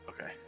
Okay